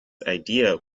idea